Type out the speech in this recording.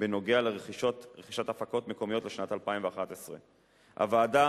בנוגע לרכישת הפקות מקומיות לשנת 2011. הוועדה